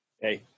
Hey